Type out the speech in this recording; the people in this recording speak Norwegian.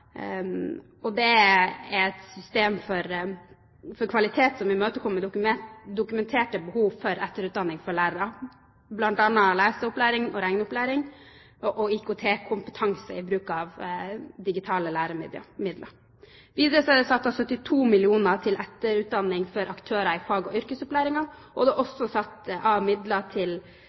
er et system for kvalitet som imøtekommer dokumenterte behov for etterutdanning for lærere, bl.a. leseopplæring og regneopplæring og IKT-kompetanse i bruk av digitale læremidler. Videre er det satt av 72 mill. kr til etterutdanning for aktører i fag- og yrkesopplæringen, og det er også satt av midler til